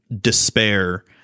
despair